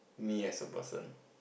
me as a person